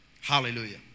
Hallelujah